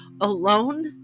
alone